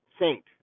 saint